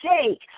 take